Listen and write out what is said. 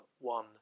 one